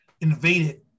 invaded